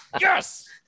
Yes